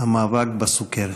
המאבק בסוכרת.